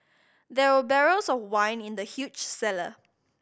there were barrels of wine in the huge cellar